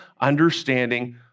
understanding